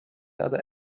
other